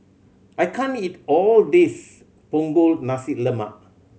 I can't eat all this Punggol Nasi Lemak